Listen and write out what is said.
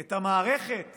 את המערכת